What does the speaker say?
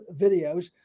videos